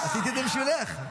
עשיתי את זה בשבילך.